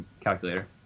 calculator